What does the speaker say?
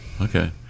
Okay